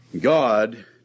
God